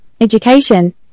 education